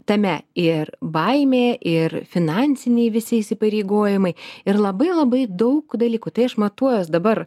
tame ir baimė ir finansiniai visi įsipareigojimai ir labai labai daug dalykų tai aš matuojuos dabar